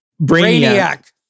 Brainiac